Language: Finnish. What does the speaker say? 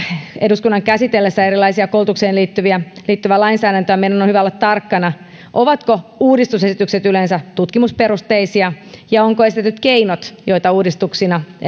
eduskunnan käsitellessä erilaista koulutukseen liittyvää liittyvää lainsäädäntöä meidän on hyvä olla tarkkana siitä ovatko uudistusesitykset yleensä tutkimusperusteisia ja ovatko esitetyt keinot joita uudistuksina